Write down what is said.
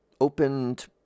opened